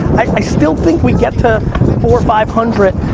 i still think we get to four or five hundred.